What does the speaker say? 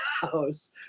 house